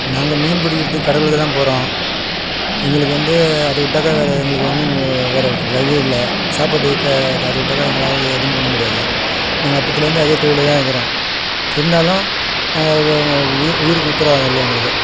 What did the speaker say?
நாங்கள் மீன் பிடிக்கிறதுக்கு கடலுக்கு தான் போகிறோம் எங்களுக்கு வந்து அதை விட்டாக்கா வேற எங்களுக்கு வந்து வேற வழியே இல்லை சாப்பாட்டுக்கு கா அதை அதை விட்டாக்கா எங்களால் எதுவும் பண்ண முடியாது நாங்கள் அப்போத்துலேந்து அதே தொழில்ல தான் இருக்கிறோம் இருந்தாலும் நாங்கள் உயிருக்கு உத்தரவாதம் இல்லை எங்களுக்கு